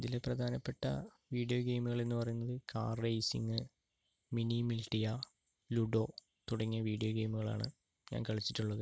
ഇതില് പ്രധാനപ്പെട്ട വീഡിയോ ഗെയിമുകൾ എന്ന് പറയുന്നത് കാർ റേസിംഗ് മിനി മിൾട്ടിയ ലുഡോ തുടങ്ങിയ വീഡിയോ ഗെയിമുകളാണ് ഞാൻ കളിച്ചിട്ടുള്ളത്